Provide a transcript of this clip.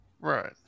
Right